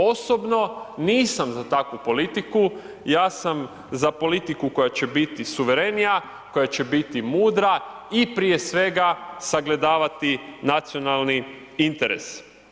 Osobno nisam za takvu politiku, ja sam za politiku koja će biti suverenija, koja će biti mudra i prije svega sagledavati nacionalni interes.